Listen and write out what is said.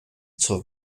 zur